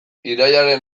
irailaren